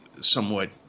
somewhat